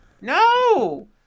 No